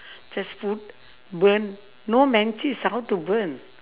just put burn no matches ah how to burn